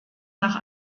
nach